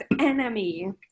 enemy